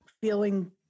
feeling